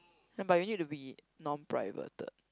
but you need to be non privated